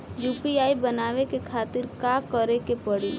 UPI बनावे के खातिर का करे के पड़ी?